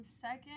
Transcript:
second